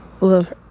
love